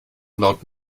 laut